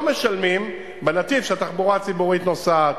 משלמים בנתיב שהתחבורה הציבורית נוסעת.